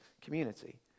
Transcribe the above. community